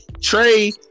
Trey